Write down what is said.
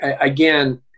again